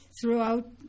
throughout